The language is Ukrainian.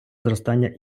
зростання